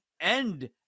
end